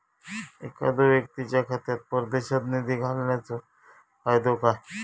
एखादो व्यक्तीच्या खात्यात परदेशात निधी घालन्याचो फायदो काय?